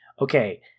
okay